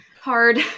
hard